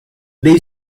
they